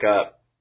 up